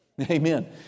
Amen